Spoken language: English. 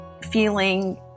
feeling